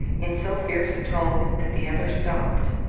in so fierce a tone that the other stopped.